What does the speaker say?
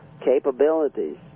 capabilities